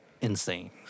insane